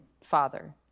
father